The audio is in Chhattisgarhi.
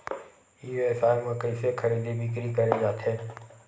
ई व्यापार म कइसे खरीदी बिक्री करे जाथे?